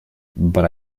but